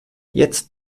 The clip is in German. jetzt